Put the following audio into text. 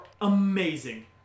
amazing